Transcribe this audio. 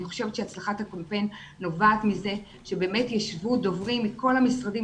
אני חושבת שהצלחת הקמפיין נובעת מזה שבאמת ישבו דוברים מכל המשרדים